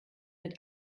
mit